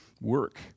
work